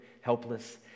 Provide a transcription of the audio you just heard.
helpless